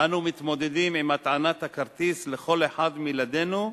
ואנו מתמודדים עם הטענת הכרטיס לכל אחד מילדינו,